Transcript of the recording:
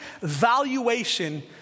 valuation